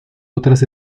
otras